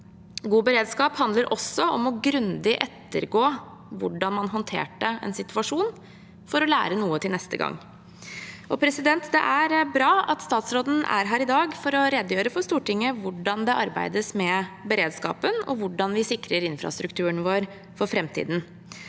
God beredskap handler også om grundig å ettergå hvordan man håndterte en situasjon – for å lære noe til neste gang. Det er bra at statsråden er her i dag for å redegjøre for Stortinget om hvordan det arbeides med beredskapen, og hvordan vi sikrer infrastrukturen vår for framtiden.